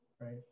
Right